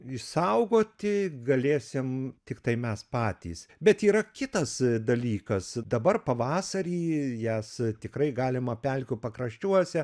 išsaugoti galėsim tiktai mes patys bet yra kitas dalykas dabar pavasarį jas tikrai galima pelkių pakraščiuose